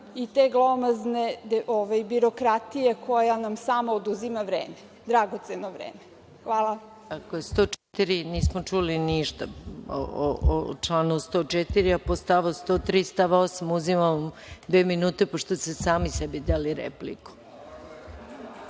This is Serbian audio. i te glomazne birokratije koja nam sama oduzima vreme, dragoceno vreme. Hvala. **Maja Gojković** Ako je 104. nismo čuli ništa o članu 104, a po članu 103. stav 8. uzimam vam dve minute, pošto ste sami sebi dali repliku. Na